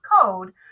code